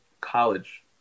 college